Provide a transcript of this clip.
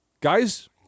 guys